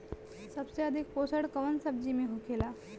सबसे अधिक पोषण कवन सब्जी में होखेला?